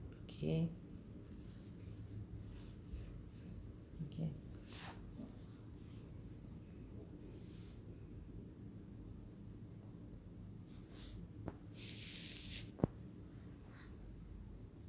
okay okay